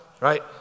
Right